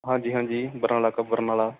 ਹਾਂਜੀ ਹਾਂਜੀ ਬਰਨਾਲਾ ਕ ਬਰਨਾਲਾ